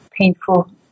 painful